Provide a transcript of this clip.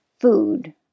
food